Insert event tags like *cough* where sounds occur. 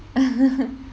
*laughs*